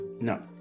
No